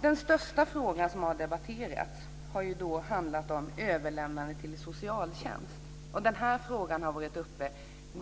Den största fråga som debatterats har handlat om överlämnande till socialtjänst. Denna fråga har varit uppe